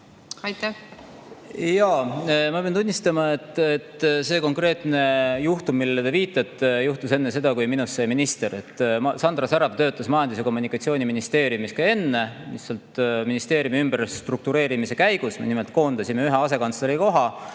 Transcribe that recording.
võtsite. Ma pean tunnistama, et see konkreetne juhtum, millele te viitasite, juhtus enne seda, kui minust sai minister. Sandra Särav töötas Majandus- ja Kommunikatsiooniministeeriumis juba enne, lihtsalt ministeeriumi ümberstruktureerimise käigus me koondasime ühe asekantsleri koha,